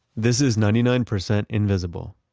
this is ninety nine percent invisible.